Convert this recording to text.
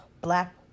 Black